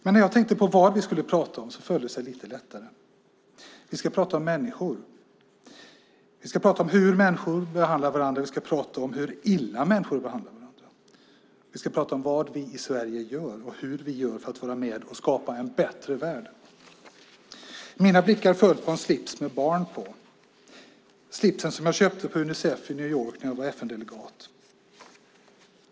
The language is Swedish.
Men när jag tänkte på vad vi skulle prata om föll det sig lite lättare. Vi ska prata om människor. Vi ska prata om hur människor behandlar varandra, och vi ska prata om hur illa människor behandlar varandra. Vi ska prata om vad vi i Sverige gör och hur vi gör för att vara med och skapa en bättre värld. Mina blickar föll på en slips med barn på, slipsen som jag köpte på Unicef i New York när jag var FN-delegat.